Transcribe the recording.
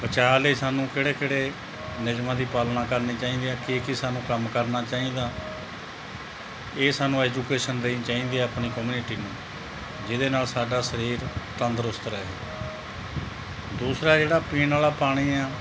ਬਚਾਅ ਲਈ ਸਾਨੂੰ ਕਿਹੜੇ ਕਿਹੜੇ ਨਿਯਮਾਂ ਦੀ ਪਾਲਣਾ ਕਰਨੀ ਚਾਹੀਦੀ ਆ ਕੀ ਕੀ ਸਾਨੂੰ ਕੰਮ ਕਰਨਾ ਚਾਹੀਦਾ ਇਹ ਸਾਨੂੰ ਐਜੂਕੇਸ਼ਨ ਦੇਣੀ ਚਾਹੀਦੀ ਆ ਆਪਣੀ ਕਮਿਊਨਿਟੀ ਨੂੰ ਜਿਹਦੇ ਨਾਲ ਸਾਡਾ ਸਰੀਰ ਤੰਦਰੁਸਤ ਰਹੇ ਦੂਸਰਾ ਜਿਹੜਾ ਪੀਣ ਵਾਲਾ ਪਾਣੀ ਆ